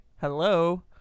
Hello